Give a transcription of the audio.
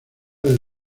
del